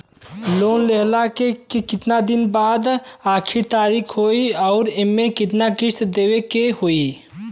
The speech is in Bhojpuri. लोन लेहला के कितना दिन के बाद आखिर तारीख होई अउर एमे कितना किस्त देवे के होई?